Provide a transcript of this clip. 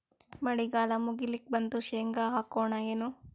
ಮಳಿಗಾಲ ಮುಗಿಲಿಕ್ ಬಂತು, ಶೇಂಗಾ ಹಾಕೋಣ ಏನು?